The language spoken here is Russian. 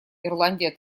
ирландия